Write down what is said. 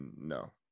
no